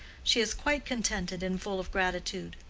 she is quite contented and full of gratitude.